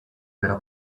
della